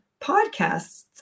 podcasts